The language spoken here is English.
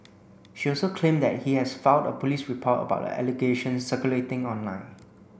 she also claimed that he has filed a police report about the allegations circulating online